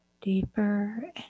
deeper